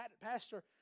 pastor